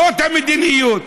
זאת המדיניות.